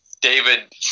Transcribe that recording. David